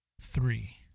three